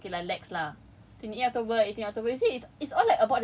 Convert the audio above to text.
and then two thirteen november okay then this [one] is okay lah relax lah